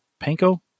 Panko